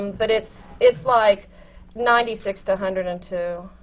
um but it's it's like ninety-six to a hundred and two.